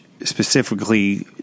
specifically